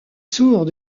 sourd